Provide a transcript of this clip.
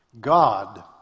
God